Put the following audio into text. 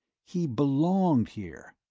he belonged here!